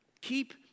keep